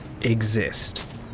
exist